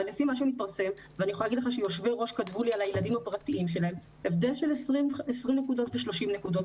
אבל לפי מה שמתפרסם מדובר גם על הבדל של 20 נקודות ו-30 נקודות,